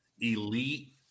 elite